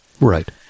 Right